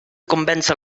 convèncer